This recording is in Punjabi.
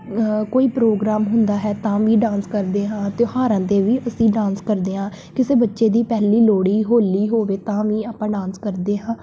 ਕੋਈ ਪ੍ਰੋਗਰਾਮ ਹੁੰਦਾ ਹੈ ਤਾਂ ਵੀ ਡਾਂਸ ਕਰਦੇ ਹਾਂ ਤਿਉਹਾਰਾਂ 'ਤੇ ਵੀ ਅਸੀਂ ਡਾਂਸ ਕਰਦੇ ਹਾਂ ਕਿਸੇ ਬੱਚੇ ਦੀ ਪਹਿਲੀ ਲੋਹੜੀ ਹੋਲੀ ਹੋਵੇ ਤਾਂ ਵੀ ਆਪਾਂ ਡਾਂਸ ਕਰਦੇ ਹਾਂ